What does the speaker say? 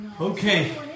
Okay